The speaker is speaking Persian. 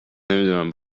نمیدونم